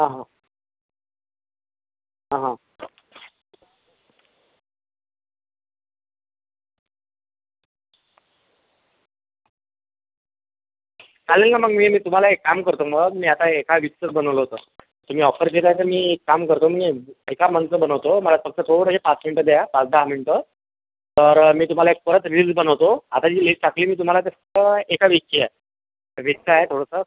हां हां हां हां चालेल ना मग मी मी तुम्हाला एक काम करतो मग मी आता एका वीकचंच बनवलं होतं तुम्ही ऑफर देत आहे तर मी एक काम करतो मी एका मंथचं बनवतो मला फक्त थोडं म्हणजे पाच मिनिटं द्या पाच दहा मिनिटं तर मी तुम्हाला एक परत रील बनवतो आता जी लिस्ट टाकली मी तुम्हाला तर एका वीकची आहे वीकच आहे थोडंसं